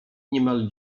niemal